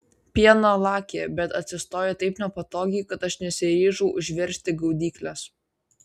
pieną lakė bet atsistojo taip nepatogiai kad aš nesiryžau užveržti gaudyklės